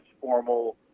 formal